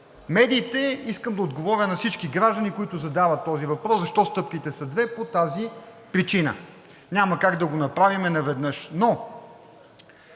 медиите искам да отговоря на всички граждани, които задават този въпрос, защото стъпките са две, по тази причина е. Няма как да го направим наведнъж.